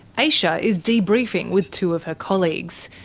aisha is debriefing with two of her colleagues.